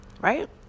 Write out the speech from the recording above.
right